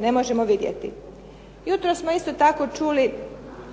ne možemo vidjeti. Jutros smo isto tako čuli